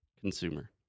consumer